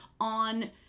on